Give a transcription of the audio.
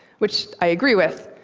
which i agree with.